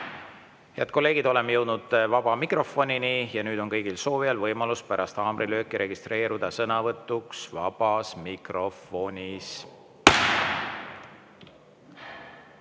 Head kolleegid, oleme jõudnud vaba mikrofonini. Nüüd on kõigil soovijail võimalus pärast haamrilööki registreeruda sõnavõtuks vabas mikrofonis.